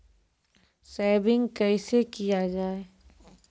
Saving कैसै किया जाय?